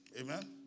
Amen